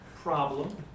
problem